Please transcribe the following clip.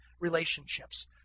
Relationships